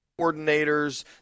coordinators